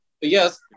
yes